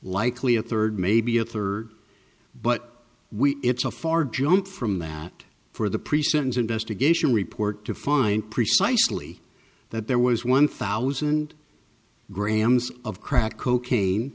likely a third maybe a third but we it's a far jump from that for the pre sentence investigation report to find precisely that there was one thousand grams of crack cocaine